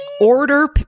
Order